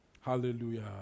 Hallelujah